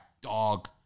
dog